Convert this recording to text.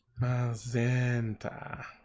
Magenta